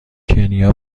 کنیا